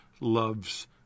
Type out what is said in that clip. loves